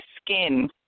skin